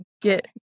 get